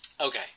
Okay